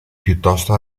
piuttosto